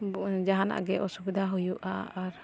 ᱡᱟᱦᱟᱱᱟᱜ ᱜᱮ ᱚᱥᱩᱵᱤᱫᱷᱟ ᱦᱩᱭᱩᱜᱼᱟ ᱟᱨ